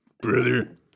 Brother